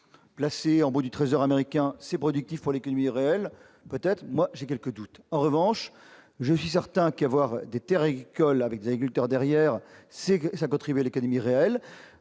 placé en bons du Trésor américain, c'est productif pour l'économie réelle », peut-être, moi, j'ai quelques doutes. En revanche, je suis certain qu'avoir des terres agricoles avec des agriculteurs pour les exploiter, cela contribue à l'économie réelle.